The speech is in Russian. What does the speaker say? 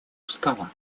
устава